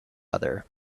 other